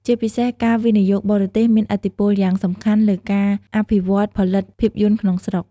ជាពិសេសការវិនិយោគបរទេសមានឥទ្ធិពលយ៉ាងសំខាន់លើការអភិវឌ្ឍន៍ផលិតភាពយន្តក្នុងស្រុក។